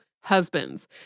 husbands